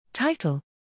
Title